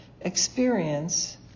experience